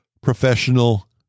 professional